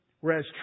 Whereas